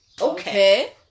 okay